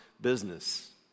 business